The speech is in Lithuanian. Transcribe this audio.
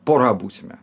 pora būsime